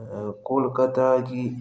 ꯀꯣꯜꯀꯥꯇꯥꯒꯤ